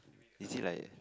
is it like